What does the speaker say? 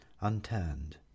unturned